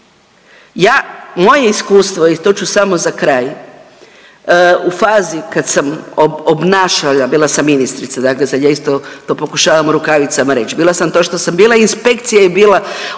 moje iskustvo i to ću samo za kraj, u fazi kad sam obnašala, bila sam ministrica, dakle sad ja isto to pokušavam u rukavicama reći, bila sam to što sam bila i inspekcija je bila